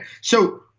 So-